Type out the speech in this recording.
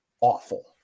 awful